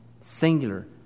singular